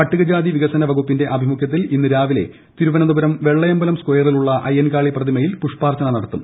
പട്ടികജാതി വികസന വകുപ്പിന്റെ ആഭിമുഖ്യത്തിൽ ഇന്ന് രാവിലെ തിരുവനന്തപുരം വെള്ളയമ്പലം സ്കയറിലുള്ള അയ്യൻകാളി പ്രതിമയിൽ പുഷ്പാർച്ചന നടത്തും